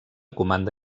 comanda